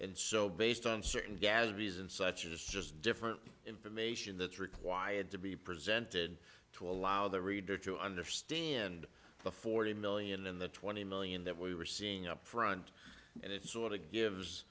and so based on certain galleries and such it's just different information that's required to be presented to allow the reader to understand the forty million in the twenty million that we were seeing up front and it sort of gives